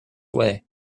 way